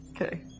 Okay